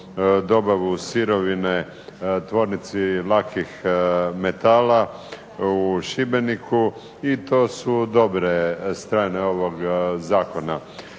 dobavu sirovine tvornici lakih metala u Šibeniku, i to su dobre strane ovog zakona.